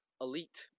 elite